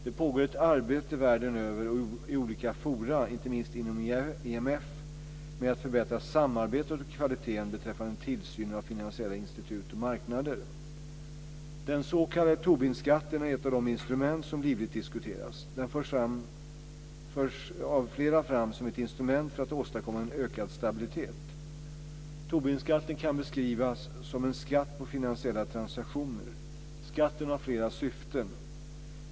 Det pågår ett arbete världen över och i olika fora, inte minst inom IMF, med att förbättra samarbetet och kvaliteten beträffande tillsynen av finansiella institut och marknader. Den s.k. Tobinskatten är ett av de instrument som livligt diskuteras. Den förs av flera fram som ett instrument för att åstadkomma en ökad stabilitet. Tobinskatten kan beskrivas som en skatt på finansiella transaktioner. Skatten har flera syften.